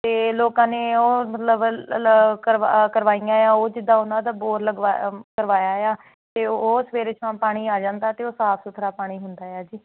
ਅਤੇ ਲੋਕਾਂ ਨੇ ਉਹ ਮਤਲਬ ਕਰਵਾਈਆਂ ਆ ਉਹ ਜਿੱਦਾਂ ਉਹਨਾਂ ਦਾ ਬੋਰ ਲਗਵਾ ਕਰਵਾਇਆ ਆ ਅਤੇ ਉਹ ਸਵੇਰੇ ਸ਼ਾਮ ਪਾਣੀ ਆ ਜਾਂਦਾ ਅਤੇ ਉਹ ਸਾਫ਼ ਸੁਥਰਾ ਪਾਣੀ ਹੁੰਦਾ ਹੈ ਜੀ